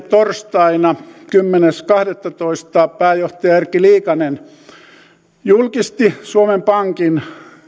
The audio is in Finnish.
torstaina kymmenes kahdettatoista pääjohtaja erkki liikanen julkisti suomen pankin